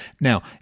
Now